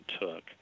took